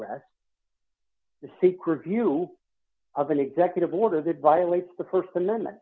read the secret view of an executive order that violates the st amendment